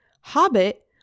Hobbit